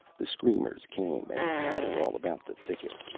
the screamers came and padded all about the thicket.